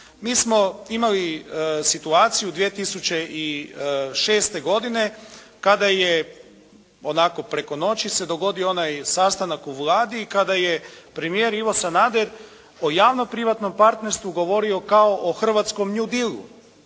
Mi smo imali situaciju 2006. godine kada je onako preko noći se dogodio onaj sastanak u Vladi i kada je premijer Ivo Sanader o javno-privatnom partnerstvu govorio kao o hrvatskom New Dilu.